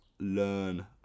learn